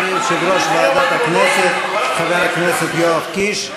אדוני יושב-ראש ועדת הכנסת חבר הכנסת יואב קיש.